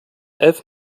elf